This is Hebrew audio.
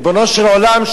ריבונו של עולם,